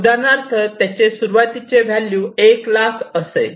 उदाहरणार्थ त्यांचे सुरुवातीचे व्हॅल्यू 100000 एक लाख असेल